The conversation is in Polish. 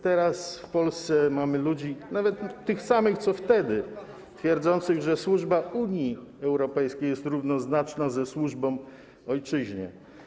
Teraz w Polsce mamy ludzi, nawet tych samych co wtedy, twierdzących, że służba Unii Europejskiej jest równoznaczna ze służbą ojczyźnie.